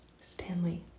Stanley